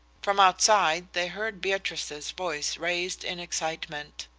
from outside they heard beatrice's voice raised in excitement.